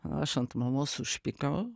aš ant mamos užpykau